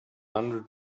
hundred